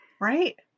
Right